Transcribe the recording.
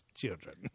children